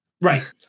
Right